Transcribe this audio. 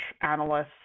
analysts